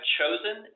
chosen